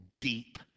deep